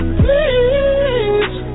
please